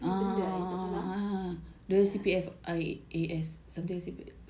benda aku tak salah